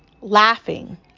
Laughing